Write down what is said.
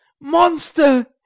Monster